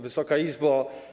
Wysoka Izbo!